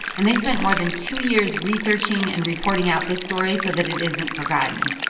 and they spent more than two years researching and reporting out this story so that it isn't forgotten.